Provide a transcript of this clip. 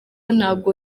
ntabwo